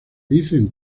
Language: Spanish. dicen